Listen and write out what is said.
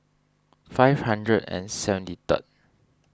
five hundred and seventy third